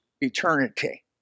Eternity